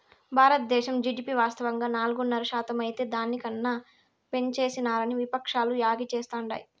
బారద్దేశం జీడీపి వాస్తవంగా నాలుగున్నర శాతమైతే దాని కన్నా పెంచేసినారని విపక్షాలు యాగీ చేస్తాండాయి